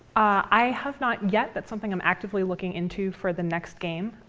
i have not yet. that's something i'm actively looking into for the next game.